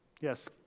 Yes